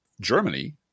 Germany